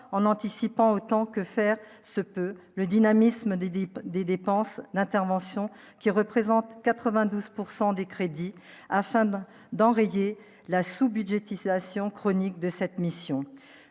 en anticipant autant que faire se peut, le dynamisme des dépôts des dépenses d'intervention qui représente 92 pourcent des crédits afin d'enrayer la sous-budgétisation chronique de cette mission